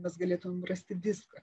mes galėtumėm rasti viską